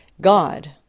God